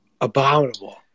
abominable